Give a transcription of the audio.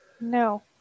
No